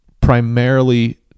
primarily